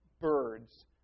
birds